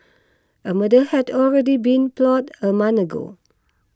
a murder had already been plotted a month ago